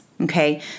Okay